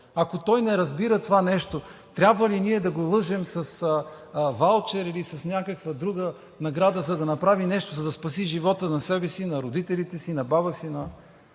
Ако той не разбира това нещо, трябва ли ние да го лъжем с ваучери или с някаква друга награда, за да направи нещо, за да спаси живота на себе си, на родителите си, на баба си,